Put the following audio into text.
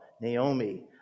Naomi